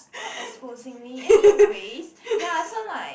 stop exposing me anyways ya so like